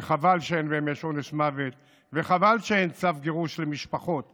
וחבל שאין באמת עונש מוות וחבל שאין צו גירוש למשפחות מחבלים,